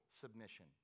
submission